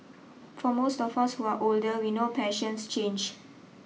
for most of us who are older we know passions change